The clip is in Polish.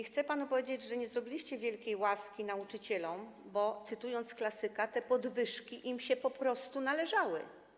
Chcę też panu powiedzieć, że nie zrobiliście wielkiej łaski nauczycielom, bo, cytując klasyka, te podwyżki im się po prostu należały.